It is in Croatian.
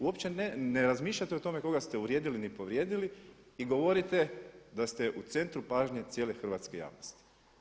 Uopće ne razmišljate o tome koga ste uvrijedili ni povrijedili i govorite da ste u centru pažnje cijele hrvatske javnosti.